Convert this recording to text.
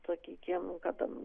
sakykim kada